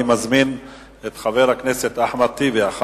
אני מזמין את חבר הכנסת אחמד טיבי, ואחריו,